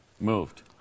Moved